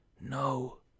No